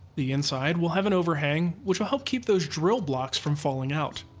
the inside will have an overhang which will help keep those drill blocks from falling out.